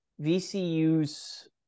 vcu's